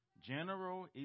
General